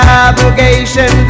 obligation